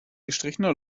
gestrichener